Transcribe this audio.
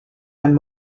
and